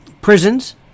prisons